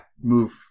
move